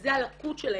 וזה הלקות שלהם,